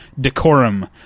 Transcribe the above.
decorum